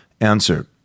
answer